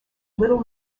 little